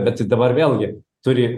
bet tai dabar vėlgi turi